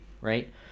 right